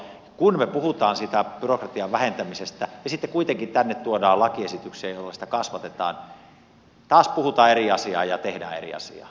kun me puhumme byrokratian vähentämisestä ja sitten kuitenkin tänne tuodaan lakiesityksiä joilla sitä kasvatetaan taas puhutaan eri asiaa ja tehdään eri asiaa